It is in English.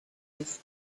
eyes